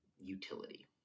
utility